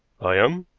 i am.